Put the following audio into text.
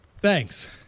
Thanks